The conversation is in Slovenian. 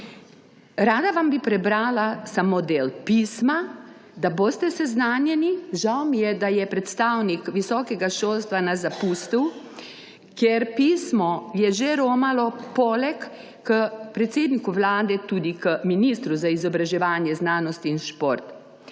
Rada bi vam prebrala samo del pisma, da boste seznanjeni − žal mi je, da nas je predstavnik visokega šolstva zapustil − ker pismo je poleg k predsedniku vlade že romalo tudi k ministru za izobraževanje, znanost in šport.